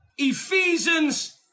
Ephesians